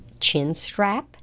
chinstrap